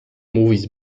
movies